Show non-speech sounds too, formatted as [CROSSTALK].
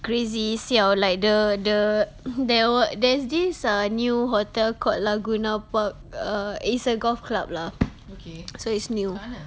crazy siao like the the there wer~ there's this err new hotel called laguna work err it's a golf club lah [NOISE] so it's new